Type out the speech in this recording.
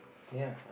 ya